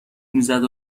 میزد